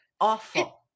Awful